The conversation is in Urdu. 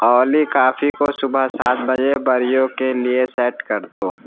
اولی کافی کو صبح سات بجے بریو کے لیے سیٹ کر دو